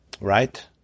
right